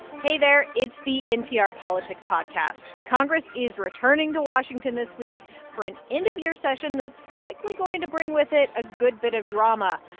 hey, there. it's the npr politics podcast. congress is returning to washington this week for an end-of-year session that's likely going to bring with it a good bit of drama.